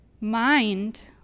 mind